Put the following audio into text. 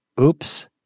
Oops